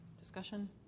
discussion